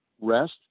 rest